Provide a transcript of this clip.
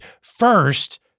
first